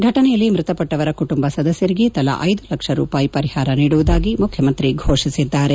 ಫಟನೆಯಲ್ಲಿ ಮೃತಪಟ್ಟವರ ಕುಟುಂಬ ಸದಸ್ದರಿಗೆ ತಲಾ ಐದು ಲಕ್ಷ ರೂಪಾಯಿ ಪರಿಹಾರ ನೀಡುವುದಾಗಿ ಘೋಷಿಸಿದ್ದಾರೆ